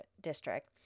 District